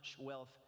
wealth